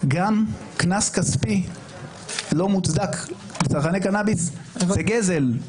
גם קנס כספי לא מוצדק לצרכני קנאביס זה גזל.